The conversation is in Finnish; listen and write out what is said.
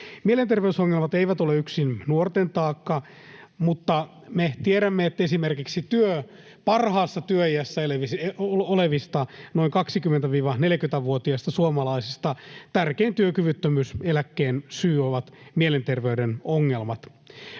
Mielenterveys-ongelmat eivät ole yksin nuorten taakka, mutta me tiedämme, että esimerkiksi parhaassa työiässä olevien noin 20—40-vuotiaiden suomalaisten tärkein työkyvyttömyyseläkkeen syy on mielenterveyden ongelmat.